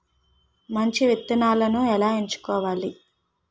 మంచి విత్తనాలను ఎలా ఎంచుకోవాలి?